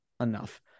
enough